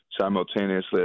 simultaneously